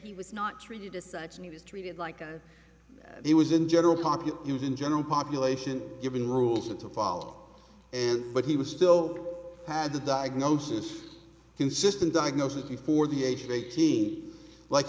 he was not treated as such and he was treated like a he was in general population in general population given rules had to follow and but he was still had the diagnosis consistent diagnosis before the age of eighteen like